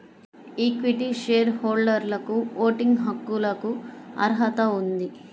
equity share హోల్డర్లకుఓటింగ్ హక్కులకుఅర్హత ఉంది